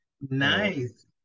Nice